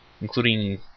including